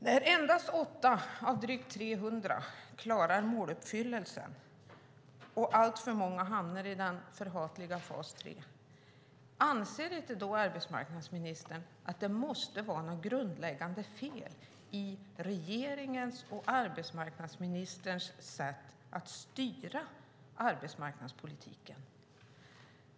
När endast åtta av drygt 300 arbetsförmedlingar klarar måluppfyllelsen och alltför många hamnar i den förhatliga fas 3, anser inte arbetsmarknadsministern att det måste vara något grundläggande fel i regeringens och arbetsmarknadsministerns sätt att styra arbetsmarknadspolitiken?